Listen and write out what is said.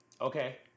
Okay